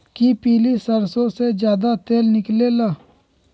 कि पीली सरसों से ज्यादा तेल निकले ला?